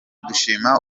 dushima